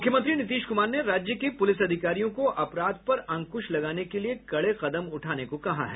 मुख्यमंत्री नीतीश कुमार ने राज्य के पुलिस अधिकारियों को अपराध पर अंकुश लगाने के लिये कड़े कदम उठाने को कहा है